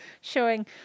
showing